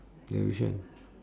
ya which one